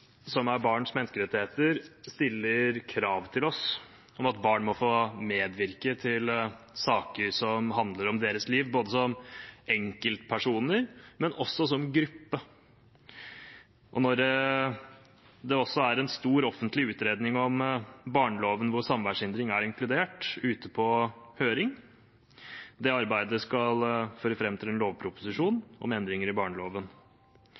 som er barns menneskerettigheter, stiller krav til oss om at barn må få medvirke i saker som handler om deres liv, både som enkeltpersoner og som gruppe. Nå er det også en stor offentlig utredning om barneloven ute på høring, hvor samværshindring er inkludert. Det arbeidet skal føre fram til en lovproposisjon om endringer i barneloven.